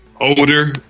older